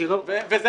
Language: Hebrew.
היה